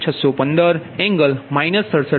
615 angle minus 67